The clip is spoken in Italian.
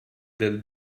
del